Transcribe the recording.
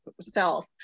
self